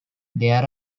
there